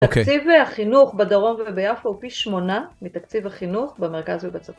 תקציב החינוך בדרום וביפו הוא פי שמונה מתקציב החינוך במרכז ובצפון.